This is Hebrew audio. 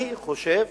אני חושב